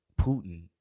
Putin